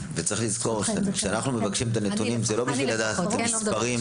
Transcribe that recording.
צריך לזכור שכשאנחנו מבקשים את הנתונים אז זה לא בשביל לדעת את מספרי